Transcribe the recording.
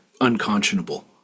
unconscionable